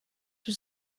was